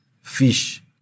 fish